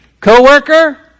co-worker